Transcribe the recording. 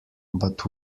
but